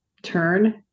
turn